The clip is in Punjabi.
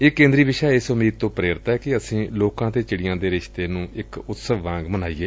ਇਹ ਕੇਂਦਰੀ ਵਿਸ਼ਾ ਏਸ ਉਮੀਦ ਤੋਂ ਪੇਰਿਤ ਏ ਕਿ ਅਸੀਂ ਲੋਕਾਂ ਅਤੇ ਚਿੜੀਆਂ ਦੇ ਰਿਸ਼ਤੇ ਨੂੰ ਇਕ ਉਤਸਵ ਵਾਂਗ ਮਨਾਈਏ